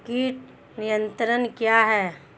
कीट नियंत्रण क्या है?